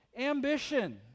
ambition